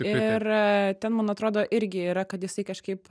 ir ten man atrodo irgi yra kad jisai kažkaip